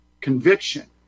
conviction